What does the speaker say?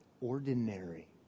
ordinary